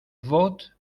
vote